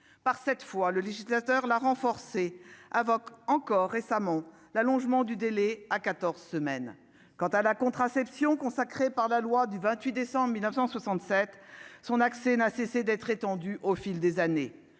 par cette fois, le législateur a renforcé avocat encore récemment l'allongement du délai à 14 semaines quant à la contraception, consacré par la loi du 28 décembre 1967 son accès n'a cessé d'être étendu au fil des années